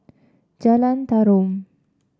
Jalan Tarum